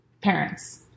parents